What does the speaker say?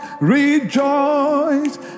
Rejoice